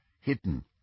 hidden